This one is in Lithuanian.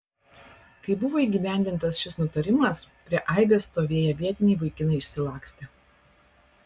kai buvo įgyvendintas šis nutarimas prie aibės stovėję vietiniai vaikinai išsilakstė